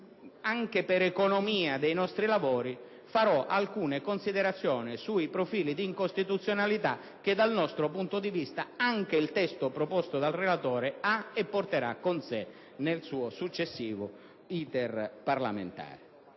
e, per economia dei nostri lavori, svolgerò alcune considerazioni sui profili di incostituzionalità, che, dal nostro punto di vista, anche il testo proposto dal relatore ha e porterà con sé nel suo successivo *iter* parlamentare.